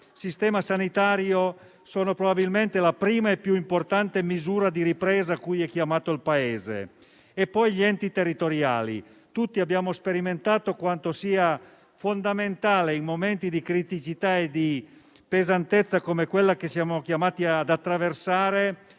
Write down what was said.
del sistema sanitario sono probabilmente la prima e più importante misura di ripresa cui è chiamato il Paese. E poi gli enti territoriali: tutti abbiamo sperimentato quanto sia fondamentale, in momenti di criticità e di pesantezza come quella che siamo chiamati ad attraversare,